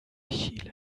chile